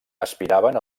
aspiraven